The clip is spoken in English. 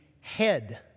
head